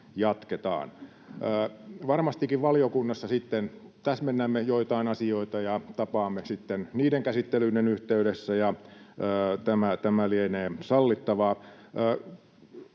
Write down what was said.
Varmastikin valiokunnassa täsmennämme joitain asioita ja tapaamme sitten niiden käsittelyiden yhteydessä, ja tämä lienee sallittavaa.